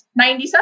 97